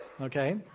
Okay